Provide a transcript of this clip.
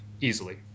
easily